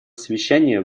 совещания